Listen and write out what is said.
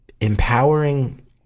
empowering